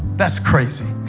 that's crazy.